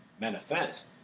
manifest –